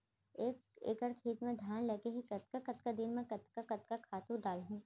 एक एकड़ खेत म धान लगे हे कतका कतका दिन म कतका कतका खातू डालहुँ?